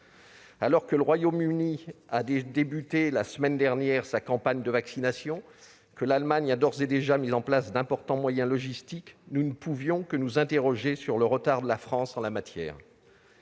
Alors que le Royaume-Uni a entamé, la semaine dernière, sa campagne de vaccination et que l'Allemagne a d'ores et déjà mis en place d'importants moyens logistiques, nous ne pouvions que nous interroger sur le retard de la France en la matière.